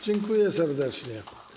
Dziękuję serdecznie.